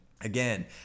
again